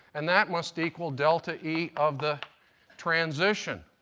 and that must equal delta e of the transition.